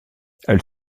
elle